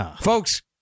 Folks